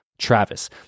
Travis